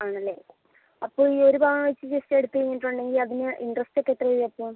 ആണല്ലേ അപ്പോൾ ഈ ഒരു പവൻ വച്ച് ജസ്റ്റ് എടുത്തു കഴിഞ്ഞിട്ടുണ്ടെങ്കിൽ അതിന് ഇൻട്രസ്റ്റ് ഒക്കെ എത്രയായി അപ്പം